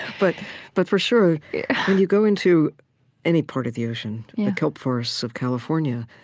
but but for sure, when you go into any part of the ocean the kelp forests of california,